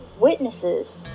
Witnesses